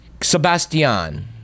Sebastian